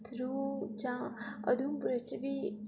through जां अदूं graduation बी